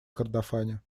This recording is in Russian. кордофане